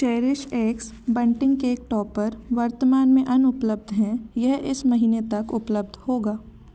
cherish x bunting cake topper वर्तमान में अनुपलब्ध है यह इस महीने तक उपलब्ध होगा